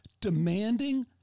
demanding